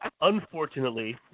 unfortunately